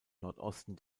nordosten